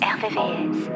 Rvvs